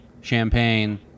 champagne